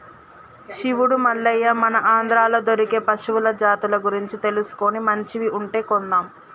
శివుడు మల్లయ్య మన ఆంధ్రాలో దొరికే పశువుల జాతుల గురించి తెలుసుకొని మంచివి ఉంటే కొందాం